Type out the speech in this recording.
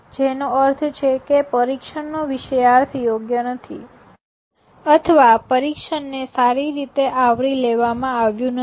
જેનો અર્થ છે કે પરીક્ષણનો વિષયાર્થ યોગ્ય નથી અથવા પરીક્ષણને સારી રીતે આવરી લેવામાં આવ્યું નથી